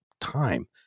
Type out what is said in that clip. time